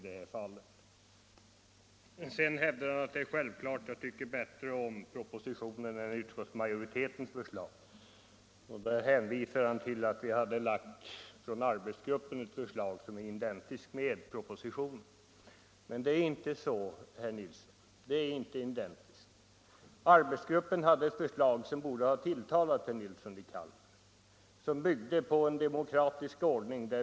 Sedan hävdade han att det är självklart att jag tycker bättre om propositionen än om utskottsmajoritetens förslag och han hänvisade till att vi i arbetsgruppen hade lagt fram ett förslag som är identiskt med propositionen. Men dessa förslag är inte identiska. Arbetsgruppen hade ett förslag som borde ha tilltalat herr Nilsson i Kalmar. Detta förslag byggde på en demokratisk ordning.